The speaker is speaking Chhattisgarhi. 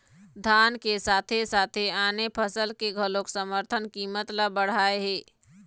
धान के साथे साथे आने फसल के घलोक समरथन कीमत ल बड़हाए हे